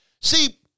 See